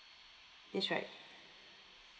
that's right